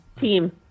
team